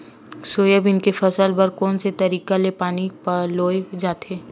Soybean के फसल बर कोन से तरीका ले पानी पलोय जाथे?